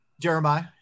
Jeremiah